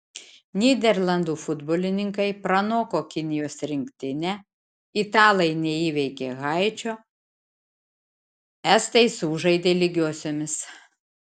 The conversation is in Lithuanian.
nyderlandų futbolininkai pranoko kinijos rinktinę italai neįveikė haičio estai sužaidė lygiosiomis